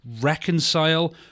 reconcile